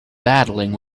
battling